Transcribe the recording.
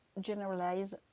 generalize